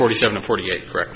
forty seven of forty eight correct